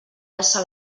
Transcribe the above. alça